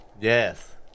Yes